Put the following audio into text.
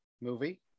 movie